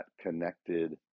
connected